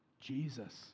Jesus